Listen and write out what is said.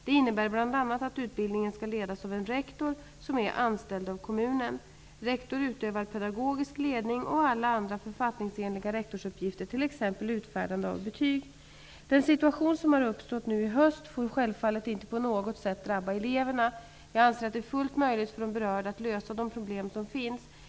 Det innebär bl.a. att utbildningen skall ledas av en rektor som är anställd av kommunen. Rektor utövar pedagogisk ledning och alla andra författningsenliga rektorsuppgifter, t.ex. utfärdande av betyg. Den situation som har uppstått nu i höst får självfallet inte på något sätt drabba eleverna. Jag anser att det är fullt möjligt för de berörda att lösa de problem som finns.